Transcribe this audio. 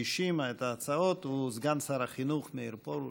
המגישים את ההצעות הוא סגן שר החינוך מאיר פרוש,